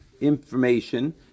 information